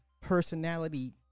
personality